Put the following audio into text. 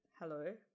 hello